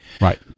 Right